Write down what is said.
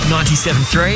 97.3